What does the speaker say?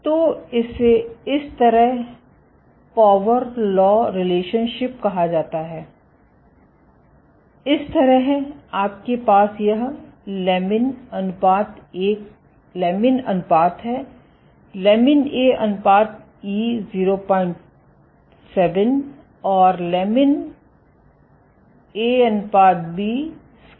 तो इसे इस तरह पावर लॉ रिलेशनशिप कहा जाता है इस तरह आपके पास यह लेमिन अनुपात है लेमिन A अनुपात e07 और लेमिन AB अनुपात स्केल e06 है